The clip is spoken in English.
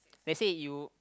let's say you